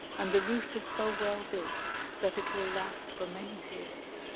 and the roof is so well built that it will last for many years.